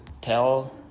tell